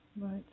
Right